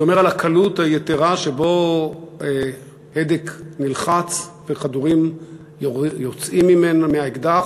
זה אומר על הקלות היתרה שבה הדק נלחץ וכדורים יוצאים מהאקדח,